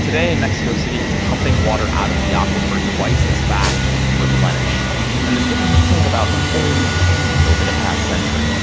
today, mexico city is pumping water out of the aquifer twice as fast as it can replenish and the city has sunk about thirty feet over the past century.